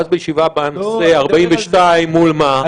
ואז בישיבה הבאה נעשה 42,000 מול מה,